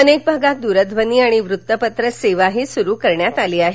अनेक भागात दूरध्वनी आणि वृत्तपत्र सेवाही सुरू करण्यात आली आहे